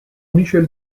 michel